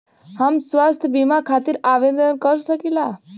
हम स्वास्थ्य बीमा खातिर आवेदन कर सकीला?